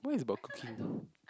why is about cooking